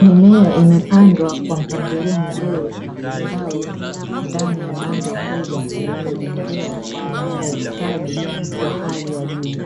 Mimea imepandwa kwa mpangilio mzuri na kustawi ndani ya banda kubwa lililojengewa kwa ustadi wa hali ya juu,